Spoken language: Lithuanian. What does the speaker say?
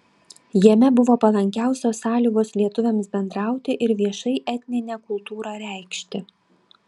jame buvo palankiausios sąlygos lietuviams bendrauti ir viešai etninę kultūrą reikšti